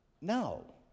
no